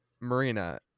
Marina